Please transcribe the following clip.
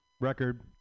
record